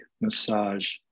massage